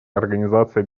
организации